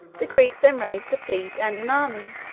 the greeks then raised a fleet and an army,